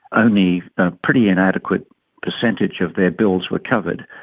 only a pretty inadequate percentage of their bills were covered,